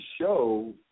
show